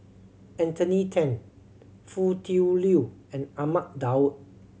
Anthony Then Foo Tui Liew and Ahmad Daud